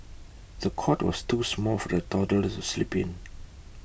the cot was too small for the toddler to sleep in